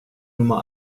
nummer